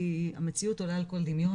כי המציאות עולה על כל דמיון,